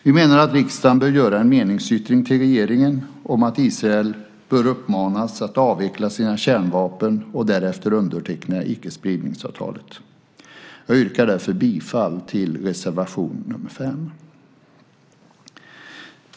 Vi menar att riksdagen bör göra en meningsyttring till regeringen om att Israel bör uppmanas att avveckla sina kärnvapen och därefter underteckna icke-spridningsavtalet. Jag yrkar därför bifall till reservation nr 5.